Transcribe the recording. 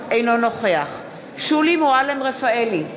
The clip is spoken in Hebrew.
אינו נוכח שולי מועלם-רפאלי,